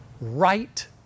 right